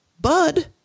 Bud